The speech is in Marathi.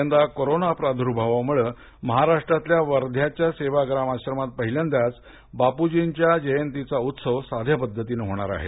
यंदा कोरोना प्रादुर्भावामुळे महाराष्ट्रातल्या वध्याच्या सेवाग्राम आश्रमात पहिल्यांदाच बापूजींच्या जयंतीचा उत्सव साध्या पद्धतीने साजरा होणार आहे